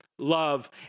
Love